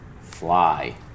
Fly